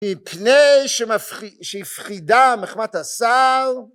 היא פני שהפחידה מחמת השר